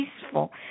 peaceful